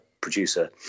producer